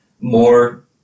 more